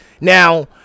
now